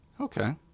Okay